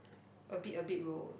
a bit a bit will